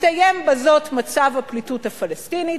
מסתיים בזאת מצב הפליטות הפלסטינית,